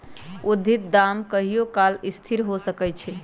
उचित दाम कहियों काल असथिर हो सकइ छै